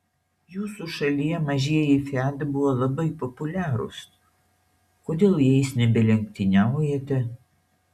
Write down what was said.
jūsų šalyje mažieji fiat buvo labai populiarūs kodėl jais nebelenktyniaujate